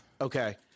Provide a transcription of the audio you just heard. okay